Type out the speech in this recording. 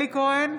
אלי כהן,